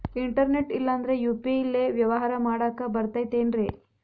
Internet ಇಲ್ಲಂದ್ರ UPI ಲೇ ವ್ಯವಹಾರ ಮಾಡಾಕ ಬರತೈತೇನ್ರೇ?